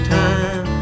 time